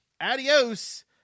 Adios